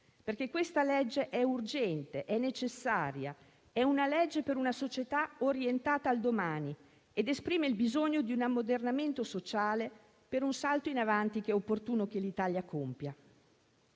Questa legge è urgente, è necessaria. È una legge per una società orientata a domani ed esprime il bisogno di un ammodernamento sociale, per un salto in avanti che è opportuno che l'Italia compia.